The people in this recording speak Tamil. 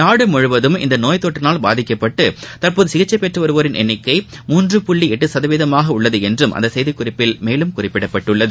நாடு முழுவதும் இந்த நோய் தொற்றினால் பாதிக்கப்பட்டு தற்போது சிகிச்சை பெற்று வருவோரின் எண்ணிக்கை மூன்று புள்ளி எட்டு சதவீதமாக உள்ளது என்றும் அந்த செய்திக் குறிப்பில் குறிப்பிடப்பட்டுள்ளது